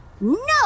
No